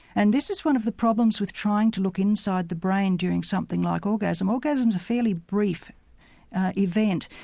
and this is one of the problems with trying to look inside the brain during something like orgasm. orgasm's a fairly brief event.